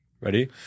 Ready